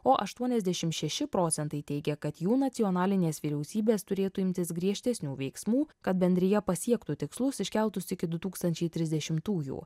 o aštuoniasdešim šeši procentai teigia kad jų nacionalinės vyriausybės turėtų imtis griežtesnių veiksmų kad bendrija pasiektų tikslus iškeltus iki du tūkstančiai trisdešimtųjų